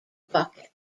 bucket